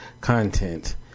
content